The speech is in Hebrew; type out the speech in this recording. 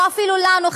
או אפילו לנו,